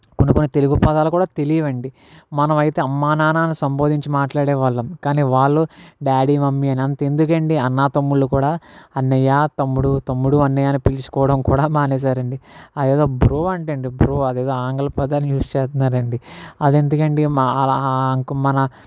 కొన్ని కొన్ని తెలుగు పదాలు కూడా తెలివండి మనమైతే అమ్మా నాన్న అని సంభోదించి మాట్లాడే వాళ్ళం కానీ వాళ్ళు డాడీ మమ్మీ అని అంతెందుకండి అన్నా తమ్ముళ్లు కూడా అన్నయ్య తమ్ముడు తమ్ముడు అన్నయ్య అని పిలుచుకోవడం కూడా మానేశారండి అది ఏదో బ్రో అంట అండి బ్రో అది ఏదో ఆంగ్ల పదాన్ని యూస్ చేస్తున్నారండి అదే ఎందుకండి మా అలా అంకు మన